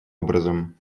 образом